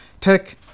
tech